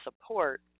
support